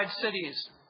cities